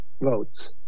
votes